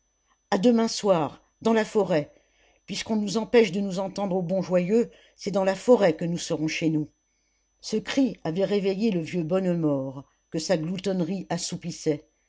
a demain soir dans la forêt puisqu'on nous empêche de nous entendre au bon joyeux c'est dans la forêt que nous serons chez nous ce cri avait réveillé le vieux bonnemort que sa gloutonnerie assoupissait